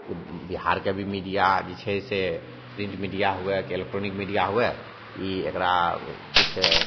बिहारके भी मीडिआ जे छै से प्रिन्ट मीडिआ हुए कि इलेक्ट्रॉनिक मीडिआ हुए ई एकरा किछु